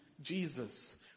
Jesus